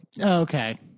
Okay